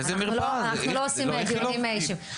אנחנו לא עושים דיונים אישיים.